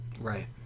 Right